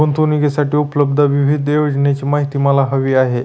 गुंतवणूकीसाठी उपलब्ध विविध योजनांची माहिती मला हवी आहे